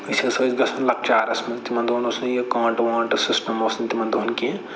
أسۍ ہسا ٲسۍ گژھن لۅکچارَس منٛز تِمَن دۄہَن اوس نہٕ یہِ کٲنٛٹہٕ وٲنٛٹہٕ سِسٹم اوس نہٕ تِمَن دۄہَن کیٚنٛہہ